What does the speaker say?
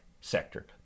sector